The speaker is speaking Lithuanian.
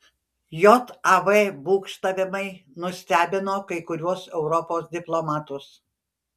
jav būgštavimai nustebino kai kuriuos europos diplomatus